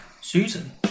Susan